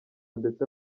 ndetse